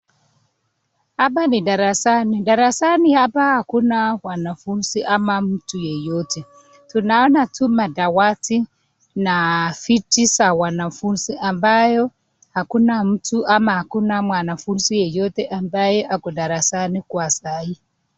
Hapa ni darasani, darasani hapa hakuna wanafunzi ama mtu yeyote, tunaona tu madawati na viti za wanafunzi ambayo hakuna mtu ama hakuna mwanafunzi yeyote ambaye ako darasani kwa saa hii.